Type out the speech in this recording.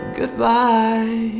goodbye